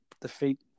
defeat